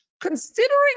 considering